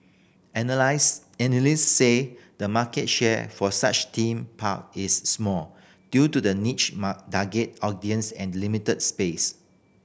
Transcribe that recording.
analysts say the market share for such theme park is small due to the niche target audience and limited space